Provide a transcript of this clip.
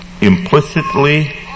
implicitly